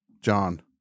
John